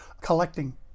collecting